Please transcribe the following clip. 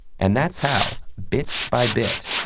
and that's how, bit by bit,